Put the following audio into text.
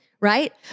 Right